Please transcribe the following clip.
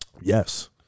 Yes